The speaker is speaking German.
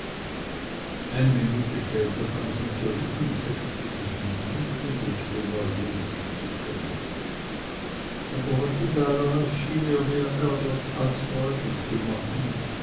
eine minute später kam sie zurück und setzte sich ins licht um bequemer lesen zu können aber was sie da las schien ihr mehr ärger als freude zu machen